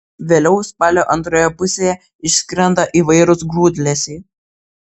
vėliau spalio antroje pusėje išskrenda įvairūs grūdlesiai